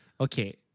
okay